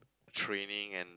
training and